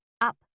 up